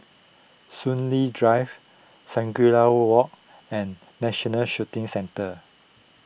Soon Lee Drive Shangri La Walk and National Shooting Centre